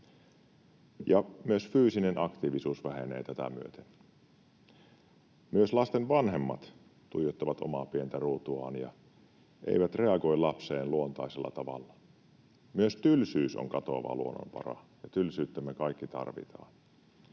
myös fyysinen aktiivisuus vähenee tätä myöten. Myös lasten vanhemmat tuijottavat omaa pientä ruutuaan eivätkä reagoi lapseen luontaisella tavalla. Myös tylsyys on katoava luonnonvara, ja tylsyyttä me kaikki tarvitaan.